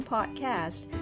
Podcast